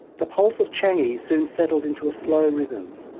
the pulse of changi soon settled into a slow rhythm,